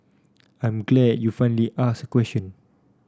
I'm glad you finally asked a question